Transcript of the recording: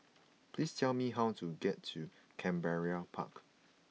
please tell me how to get to Canberra Park